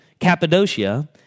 Cappadocia